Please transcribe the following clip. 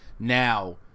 Now